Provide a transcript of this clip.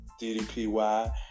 DDPY